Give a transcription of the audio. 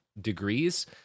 degrees